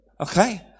Okay